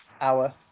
hour